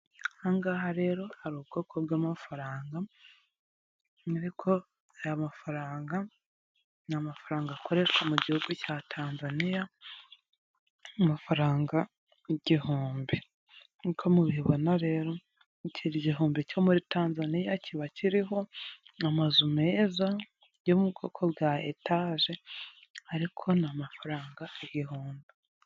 Aha ngaha rero hari ubwoko bw'amafaranga, ariko aya mafaranga ni amafaranga akoreshwa mu gihugu cya Tanzania, amafaranga igihumbi, nk'uko mubibona rero iki gihumbi cyo muri Tanzania kiba kiriho amazu meza yo mu bwoko bwa etaje, ariko ni mafaranga igihumbi.